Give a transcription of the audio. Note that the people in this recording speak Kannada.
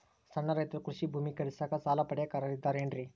ಸಣ್ಣ ರೈತರು ಕೃಷಿ ಭೂಮಿ ಖರೇದಿಸಾಕ, ಸಾಲ ಪಡಿಯಾಕ ಅರ್ಹರಿದ್ದಾರೇನ್ರಿ?